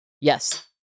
yes